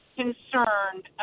concerned